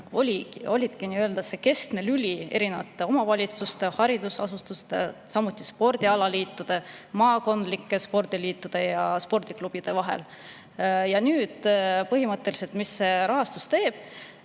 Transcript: olidki nii-öelda see keskne lüli erinevate omavalitsuste, haridusasutuste, samuti spordialaliitude, maakondlike spordiliitude ja spordiklubide vahel. Nüüd on Kultuuriministeerium otsustanud,